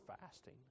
fasting